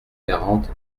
quarante